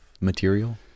material